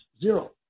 zero